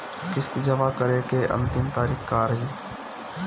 किस्त जमा करे के अंतिम तारीख का रही?